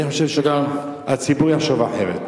אני חושב שהציבור יחשוב אחרת.